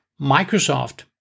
Microsoft